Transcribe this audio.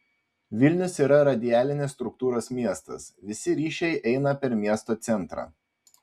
vilnius yra radialinės struktūros miestas visi ryšiai eina per miesto centrą